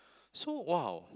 so !wow!